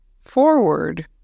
forward